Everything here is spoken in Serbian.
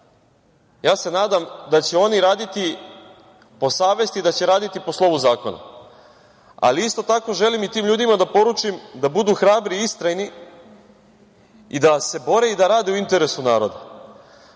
nadam se da će oni raditi po savesti i po slovu zakona. Isto tako želim i tim ljudima da poručim da budu hrabri i istrajni i da se bore i rade u interesu naroda